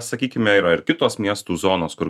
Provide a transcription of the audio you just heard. sakykime yra ir kitos miestų zonos kur